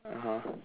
(uh huh)